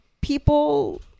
people